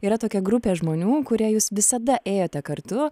yra tokia grupė žmonių kurie jūs visada ėjote kartu